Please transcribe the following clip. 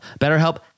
BetterHelp